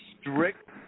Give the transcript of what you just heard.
strict